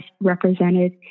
represented